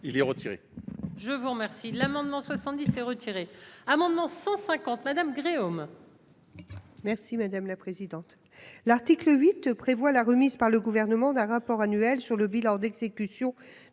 Il est retiré. Je vous remercie. L'amendement 70 s'est retiré, amendement 150, madame Gréaume. Merci madame la présidente. L'article 8 prévoit la remise par le gouvernement d'un rapport annuel sur le bilan d'exécution